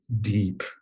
deep